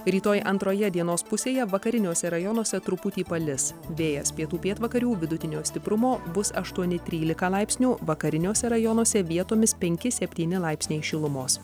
rytoj antroje dienos pusėje vakariniuose rajonuose truputį palis vėjas pietų pietvakarių vidutinio stiprumo bus aštuoni trylika laipsnių vakariniuose rajonuose vietomis penki septyni laipsniai šilumos